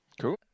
Cool